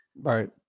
Right